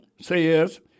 says